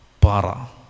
Para